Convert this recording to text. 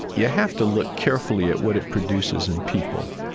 yeah have to look carefully at what it produces in people.